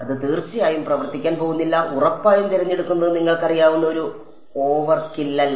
അത് തീർച്ചയായും പ്രവർത്തിക്കാൻ പോകുന്നില്ല ഉറപ്പായും തിരഞ്ഞെടുക്കുന്നത് നിങ്ങൾക്കറിയാവുന്ന ഒരു ഓവർകില്ലല്ല